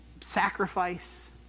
sacrifice